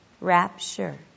rapture